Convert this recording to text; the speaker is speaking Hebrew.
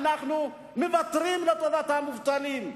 אנחנו מוותרים לטובת המובטלים,